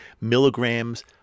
milligrams